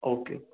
okay